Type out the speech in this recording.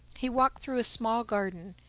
he walked through a small garden,